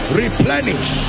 replenish